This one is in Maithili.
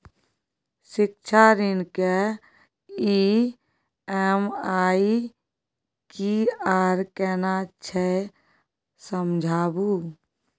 शिक्षा ऋण के ई.एम.आई की आर केना छै समझाबू?